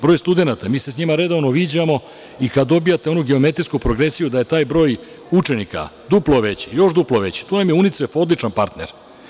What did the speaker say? Broj studenata, mi se s njima redovno viđamo i kada dobijete onu geometrijsku progresiju da je taj broj učenika duplo veći, još duplo veći, tu im je UNICEF odličan partner.